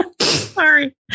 Sorry